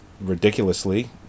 ridiculously